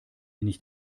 nicht